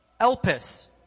Elpis